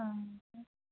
ആ ഹ